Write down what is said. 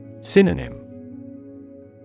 Synonym